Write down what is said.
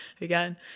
again